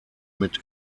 mit